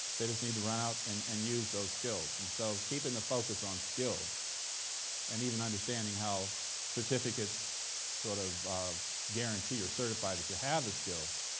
they just need to run out and and use those skills, and so keeping the focus on skills and even understanding how certificate's sort of guarantee or certify that should have the skills,